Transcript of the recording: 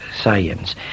science